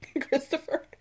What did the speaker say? Christopher